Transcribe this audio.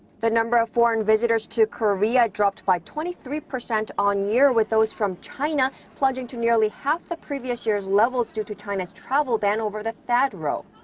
the number of foreign visitors to korea dropped by twenty three percent on-year, with those from china plunging to nearly half the previous year's levels due to china's travel ban over the thaad row.